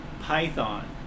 python